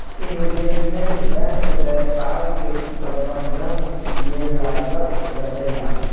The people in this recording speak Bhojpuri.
इन्वेस्टमेंट बैंक व्यापार के प्रबंधन में लागल रहेला